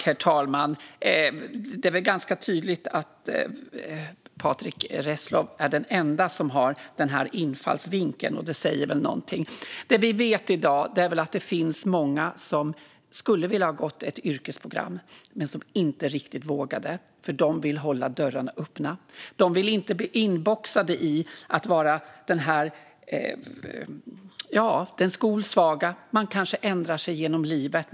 Herr talman! Det är väl ganska tydligt att Patrick Reslow är den ende som har den här infallsvinkeln. Det säger väl någonting. Det vi vet i dag är att det finns många som skulle vilja ha gått ett yrkesprogram men som inte riktigt vågade. Man vill hålla dörrarna öppna. Man vill inte bli inboxad i att vara "den skolsvaga". Man kanske ändrar sig genom livet.